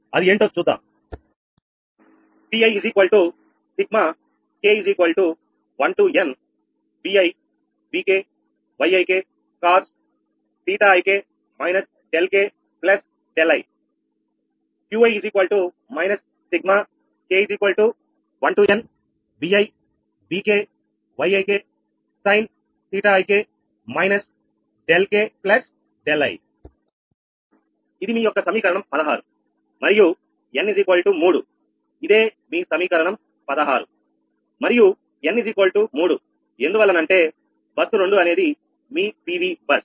Pi ∑nk1 |Vi | |Vk ||Yik | Cos⁡Ɵik ðkð i Qi ∑nk1 |Vi | |Vk ||Yik | Sin⁡Ɵik ðkð i ఇది మీ యొక్క సమీకరణం 16 మరియు n 3 ఇదే మీ సమీకరణం 16 మరియు n 3 ఎందువల్లనంటే బస్సు 2 అనేది మీ PV బస్